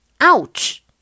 Ouch